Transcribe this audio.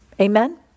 Amen